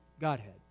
Godhead